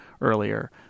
earlier